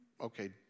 Okay